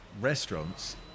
restaurants